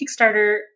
Kickstarter